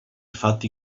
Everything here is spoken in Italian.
fatti